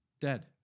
Dead